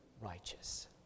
righteous